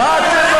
הכי גרוע.